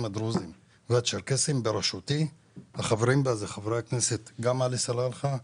הדרוזים והצ'רקסים וחברים בה חבר הכנסת עלי סלאלחה.